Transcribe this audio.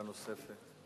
שאלה נוספת.